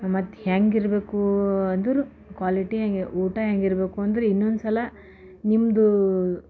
ಮತ್ತೆ ಹ್ಯಾಗಿರ್ಬೇಕು ಅಂದರೆ ಕ್ವಾಲಿಟಿ ಹೆಂಗೆ ಊಟ ಹೆಂಗಿರ್ಬೇಕು ಅಂದ್ರೆ ಇನ್ನೊಂದು ಸಲ ನಿಮ್ಮದು